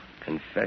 Confess